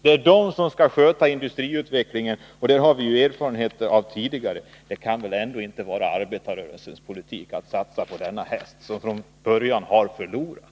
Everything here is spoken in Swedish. Det är den som skall sköta industriutvecklingen, och det har vi ju erfarenhet av tidigare. Det kan väl ändå inte vara arbetarrörelsens politik att satsa på denna häst som från början har förlorat.